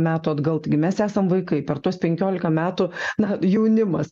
metų atgal taigi mes esam vaikai per tuos penkiolika metų na jaunimas